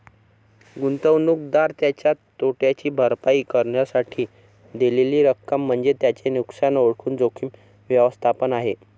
गुंतवणूकदार त्याच्या तोट्याची भरपाई करण्यासाठी दिलेली रक्कम म्हणजे त्याचे नुकसान ओळखून जोखीम व्यवस्थापन आहे